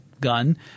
gun